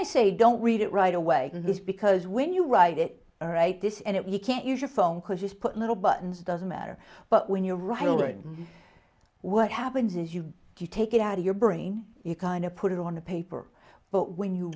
i say don't read it right away this because when you write it all right this it we can't use your phone could just put little buttons doesn't matter but when you're writing what happens is you you take it out of your brain you kind of put it on the paper but when you